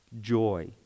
joy